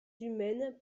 humaines